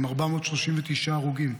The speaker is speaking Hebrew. עם 439 הרוגים.